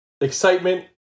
excitement